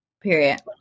Period